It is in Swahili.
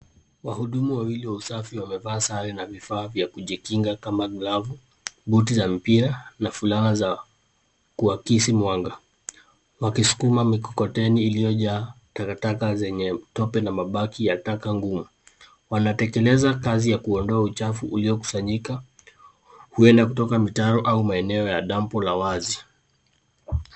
Wahudumu wawili wa usafi wamevaa sare na vifaa vya kujikinga kama glavu, buti za mipira na fulana za kuwakisi mwanga wakisukuma mikokoteni iliyojaa takataka zenye tope na mabaki ya taka ngumu. Wanatekeleza kazi ya kuondoa uchafu uliokusanyika huenda kutoka mitaro au maeneo ya dampu la wazi.